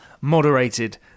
moderated